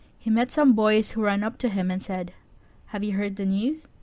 he met some boys who ran up to him and said have you heard the news?